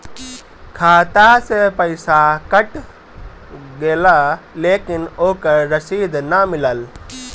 खाता से पइसा कट गेलऽ लेकिन ओकर रशिद न मिलल?